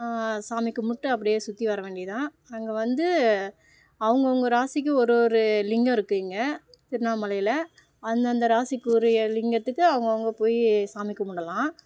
சாமி கும்பிட்டு அப்படியே சுற்றி வர வேண்டியது தான் அங்கே வந்து அவுங்கவங்க ராசிக்கு ஒரு ஒரு லிங்கம் இருக்குது இங்கே திருண்ணாமலையில் அந்தந்த ராசிக்குரிய லிங்கத்துக்கு அவுங்கவங்க போய் சாமி கும்பிடலாம்